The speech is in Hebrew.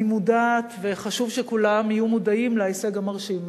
אני מודעת וחשוב שכולם יהיו מודעים להישג המרשים הזה.